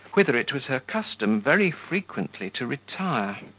whither it was her custom very frequently to retire.